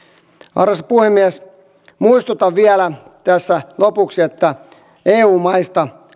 arvoisa puhemies muistutan vielä tässä lopuksi että eu maista